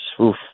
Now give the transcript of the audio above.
Oof